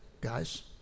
guys